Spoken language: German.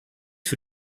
für